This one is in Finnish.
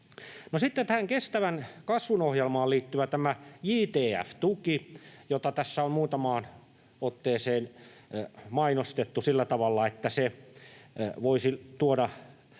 sitten tähän kestävän kasvun ohjelmaan liittyvä JTF-tuki, jota tässä on muutamaan otteeseen mainostettu sillä tavalla, että se voisi tuoda